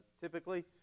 typically